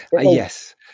yes